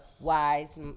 wise